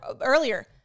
earlier